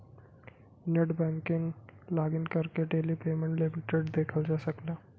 net banking login करके daily payment limit देखल जा सकला